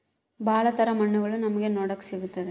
ಭಾಳ ತರ ಮಣ್ಣುಗಳು ನಮ್ಗೆ ನೋಡಕ್ ಸಿಗುತ್ತದೆ